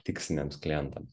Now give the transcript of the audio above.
tiksliniams klientams